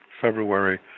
February